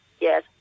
Yes